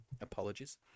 Apologies